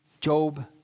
job